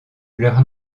leurs